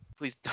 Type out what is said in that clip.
Please